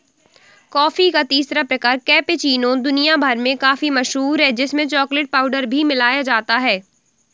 coffee का तीसरा प्रकार कैपेचीनो दुनिया भर में काफी मशहूर है जिसमें चॉकलेट पाउडर भी मिलाया जाता है